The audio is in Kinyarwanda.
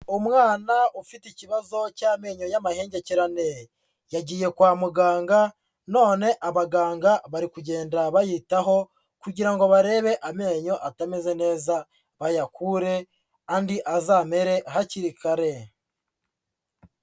Umwana ufite ikibazo cy'amenyo y'amahengekerane, yagiye kwa muganga none abaganga bari kugenda bayitaho kugira ngo barebe amenyo atameze neza bayakure andi azamere hakiri kare.